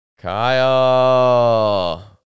Kyle